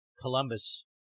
Columbus